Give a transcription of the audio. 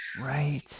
right